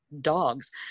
dogs